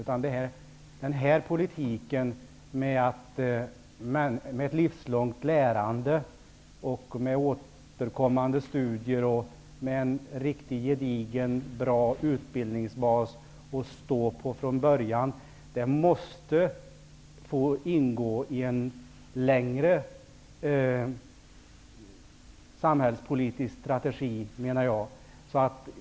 Jag menar att ett livslångt lärande med återkommande studier, med en riktigt gedigen och bra utbildningsbas att stå på från början, måste ingå i en samhällspolitisk strategi på lång sikt.